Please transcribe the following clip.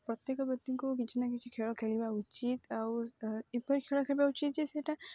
ପ୍ରତ୍ୟେକ ବ୍ୟକ୍ତିଙ୍କୁ କିଛି ନା କିଛି ଖେଳ ଖେଳିବା ଉଚିତ୍ ଆଉ ଏପରି ଖେଳ ଖେଳିବା ଉଚିତ୍ ଯେ ସେଇଟା